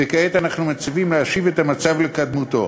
וכעת אנו מציעים להשיב את המצב לקדמותו.